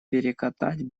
перекатать